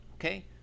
okay